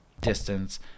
distance